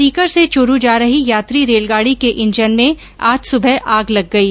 सीकर से चूरू जा रही यात्री रेलगाडी के इंजन में आज सुबह आग लग गई